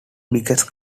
biggest